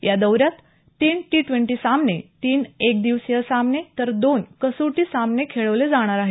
या दौऱ्यात तीन टी ड्वेंटी सामने तीन एकदिवसीय सामने तर दोन कसोटी सामने खेळवले जाणार आहेत